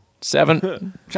Seven